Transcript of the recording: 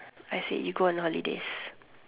I said you go on holidays